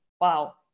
wow